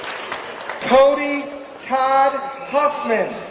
cody todd huffman